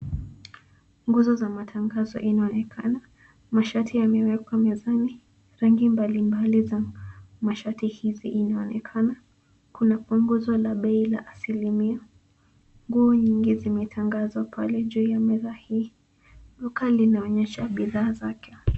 Nguzo ya matangazo inaonekana. Mashati yamewekwa mezani. Rangi mbalimbali za mashati haya zinaonekana. Kuna punguzo la bei kwa asilimia. Nguo nyingi zimetandazwa juu ya meza hii. Duka linaonyesha bidhaa mpya.